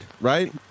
right